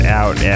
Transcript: out